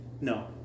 No